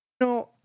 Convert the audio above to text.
No